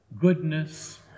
goodness